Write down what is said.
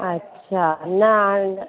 अच्छा न हाणे न